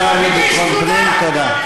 השר לביטחון פנים, תודה.